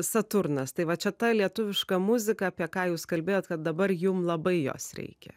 saturnas tai va čia ta lietuviška muzika apie ką jūs kalbėjot kad dabar jum labai jos reikia